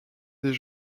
des